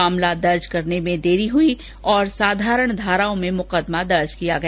मामला दर्ज करने में देरी हई और साधारण धाराओं में मुकदमा दर्ज किया गया